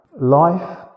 Life